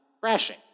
crashing